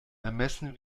ermessen